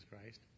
Christ